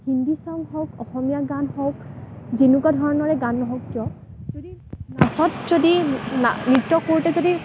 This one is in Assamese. হিন্দী চং হওক অসমীয়া গান হওক যেনেকুৱা ধৰণৰেই গান নহওক কিয় যদি নাচত যদি নৃত্য কৰোঁতে যদি